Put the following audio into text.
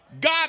God